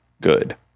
good